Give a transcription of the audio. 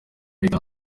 uganda